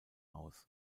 aus